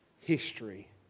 history